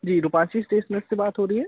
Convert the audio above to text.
जी Rupasi stationer से बात हो रही है